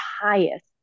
highest